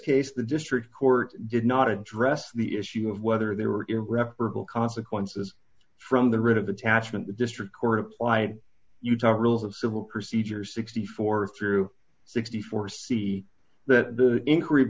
case the district court did not address the issue of whether there were irreparable consequences from the writ of attachment the district court applied utah's rules of civil procedure sixty four through sixty four see that the increase